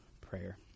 prayer